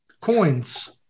coins